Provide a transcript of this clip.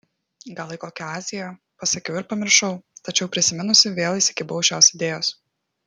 gal į kokią aziją pasakiau ir pamiršau tačiau prisiminusi vėl įsikibau šios idėjos